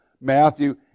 Matthew